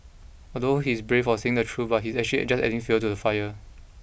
although he's brave for saying the truth but he's actually just adding fuel to the fire